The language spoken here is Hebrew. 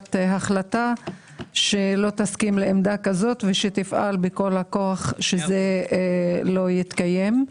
בעמדת החלטה שלא תסכים לעמדה כזו ושתפעל בכל הכוח שזה לא יתקיים.